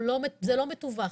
זה לא מתווך,